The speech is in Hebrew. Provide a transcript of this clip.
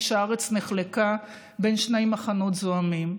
כשהארץ נחלקה בין שני מחנות זועמים.